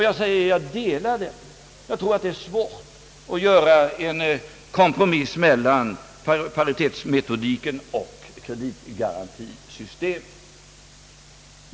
Jag säger att jag här delar Dagens Nyheters uppfattning. Jag tror att det är svårt att göra en kompromiss mellan paritetsmetodiken och kreditgarantisystemet.